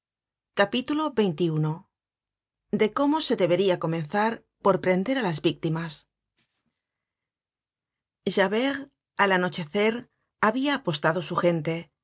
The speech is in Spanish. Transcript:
at xxi de cómo se deberia comenzar por prender á las víctimas javert al anochecer habia apostado su gente